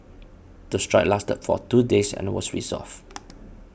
the strike lasted for two days and was resolved